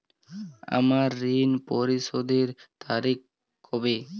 আমার ঋণ পরিশোধের তারিখ কবে?